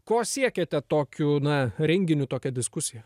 ko siekiate tokiu na renginiu tokia diskusija